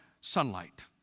sunlight